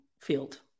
field